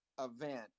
event